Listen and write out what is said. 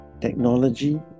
technology